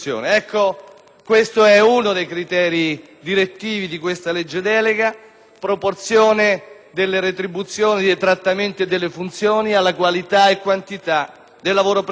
questo è uno dei criteri direttivi di questa legge delega: proporzione delle retribuzioni dei trattamenti e delle funzioni alla qualità e quantità del lavoro prestato.